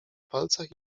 palcach